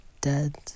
dead